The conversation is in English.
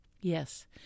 Yes